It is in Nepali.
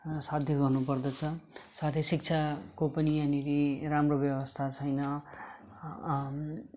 सध्य गर्नु पर्दछ साथै शिक्षाको पनि यहाँनेर राम्रो व्यवस्था छैन